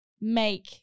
make